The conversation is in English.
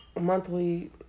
monthly